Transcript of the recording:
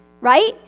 right